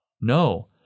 No